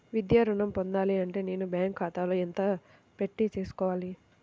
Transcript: విద్యా ఋణం పొందాలి అంటే నేను బ్యాంకు ఖాతాలో ఎంత పెట్టి తీసుకోవాలి?